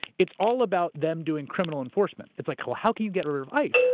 it's all about them doing criminal enforcement. it's like, well how can you get rid of ice?